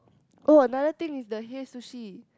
oh another thing is the hey sushi